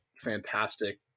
fantastic